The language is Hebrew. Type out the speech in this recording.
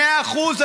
מאה אחוז.